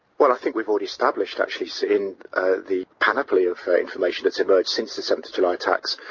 well i think we've already established, actually seeing the panoply of information that's emerged since the seventh july attacks,